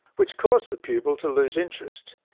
which caused the pupil to lose interest.